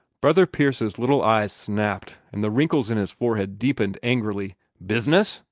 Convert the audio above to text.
brother pierce's little eyes snapped, and the wrinkles in his forehead deepened angrily. business?